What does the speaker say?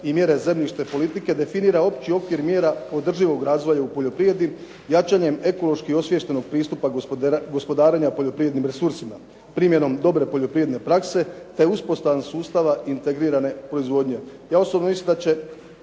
i mjere zemljišne politike definira opći okvir mjera održivog razvoja u poljoprivredi jačanjem ekološki osviještenog pristupa gospodarenja poljoprivrednim resursima, primjenom dobre poljoprivredne prakse te uspostavom sustava integrirane proizvodnje. Ja osobno mislim da će